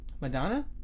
Madonna